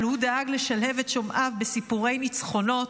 אבל הוא דאג לשלהב את שומעיו בסיפורי ניצחונות.